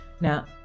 Now